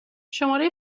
شماره